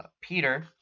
Peter